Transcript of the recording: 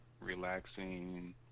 relaxing